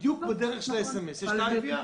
בדיוק בדרך של סמס, יש את ה-IVR.